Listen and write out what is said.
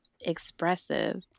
expressive